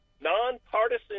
nonpartisan